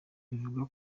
bivugwa